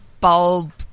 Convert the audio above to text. bulb